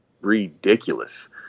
ridiculous